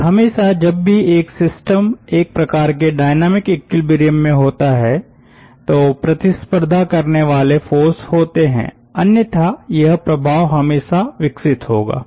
और हमेशा जब भी एक सिस्टम एक प्रकार के डायनामिक इक्वीलिब्रियम में होता है तो प्रतिस्पर्धा करने वाले फ़ोर्स होते हैं अन्यथा यह प्रभाव हमेशा विकसित होगा